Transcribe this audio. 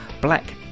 ...Black